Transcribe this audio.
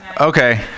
okay